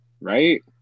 Right